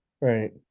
Right